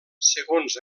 segons